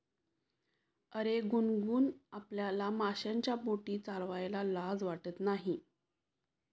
अरे गुनगुन, आपल्याला माशांच्या बोटी चालवायला लाज वाटत नाही